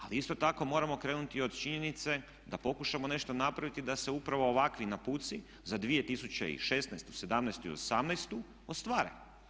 Ali isto tako moramo krenuti i od činjenice da pokušamo nešto napraviti da se upravo ovakvi napuci za 2016., '17.-tu i '18.-tu ostvare.